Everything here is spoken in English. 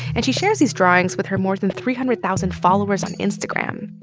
and she shares these drawings with her more than three hundred thousand followers on instagram.